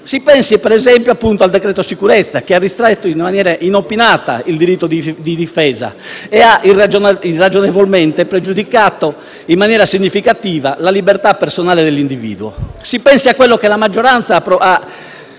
Si pensi ad esempio al cosiddetto decreto sicurezza, che ha ristretto in maniera inopinata il diritto di difesa e ha irragionevolmente pregiudicato in maniera significativa la libertà personale dell'individuo. Si pensi a quello che la maggioranza ha